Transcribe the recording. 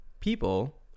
People